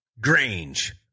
Grange